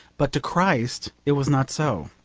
but to christ it was not so.